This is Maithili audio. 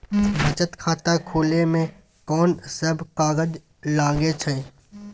बचत खाता खुले मे कोन सब कागज लागे छै?